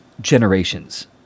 generations